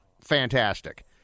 fantastic